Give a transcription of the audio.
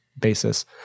basis